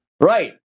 Right